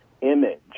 image